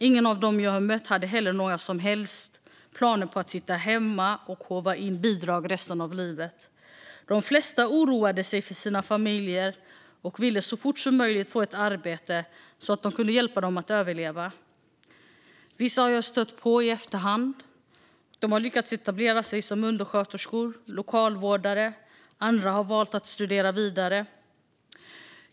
Ingen av dem jag mötte hade heller några som helst planer på att sitta hemma och håva in bidrag resten av livet. De flesta oroade sig för sina familjer och ville så fort som möjligt få ett arbete så att de kunde hjälpa dem att överleva. Vissa har jag stött på i efterhand. De har lyckats etablera sig som undersköterskor eller lokalvårdare. Andra har valt att studera vidare.